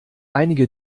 einige